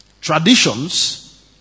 Traditions